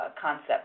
concept